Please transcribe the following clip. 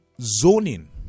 zoning